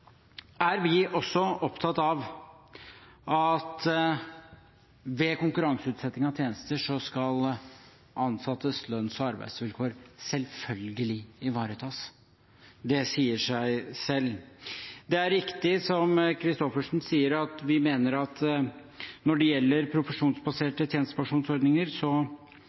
er vi også opptatt av at ved konkurranseutsetting av tjenester skal ansattes lønns- og arbeidsvilkår selvfølgelig ivaretas. Det sier seg selv. Det er riktig det Christoffersen sier i forhold til profesjonsbaserte tjenestepensjonsordninger – det